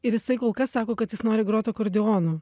ir jisai kol kas sako kad jis nori grot akordeonu